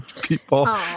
people